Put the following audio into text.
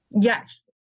Yes